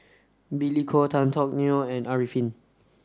Billy Koh Tan Teck Neo and Arifin